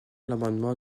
l’amendement